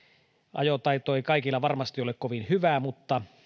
ajotaito ei kaikilla varmasti ole kovin hyvä mutta